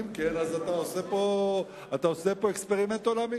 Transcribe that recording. אם כן, אז אתה עושה פה אקספרימנט עולמי.